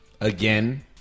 again